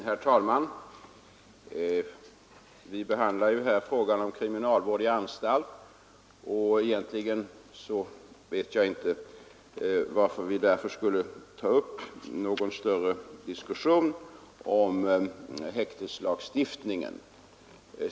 Herr talman! Vi behandlar här frågan om kriminalvård i anstalt, och egentligen förstår jag inte varför vi i det sammanhanget skulle ta upp en längre diskussion om häkteslagstiftningen.